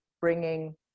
bringing